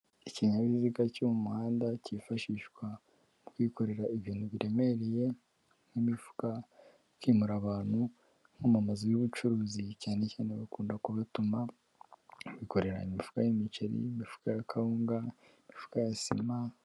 Ikinyabiziga cyo mu muhanda cyifashishwa mu kwikorera ibintu biremereye; nk'imifuka kwimura abantu, nko mu mazu y'ubucuruzi cyane cyane bakunda kubatuma, bikore imifuka y'imiceri, imifuka ya kawunga, imifuka ya sima.